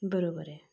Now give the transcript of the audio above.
बरोबर आहे